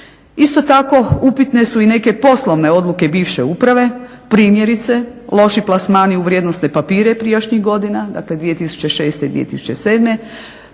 Isto tako, upitne su i neke poslovne odluke bivše uprave. Primjerice loši plasmani u vrijednosne papire prijašnjih godina, dakle 2006. i 2007.